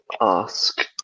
ask